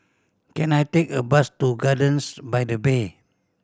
can I take a bus to Gardens by the Bay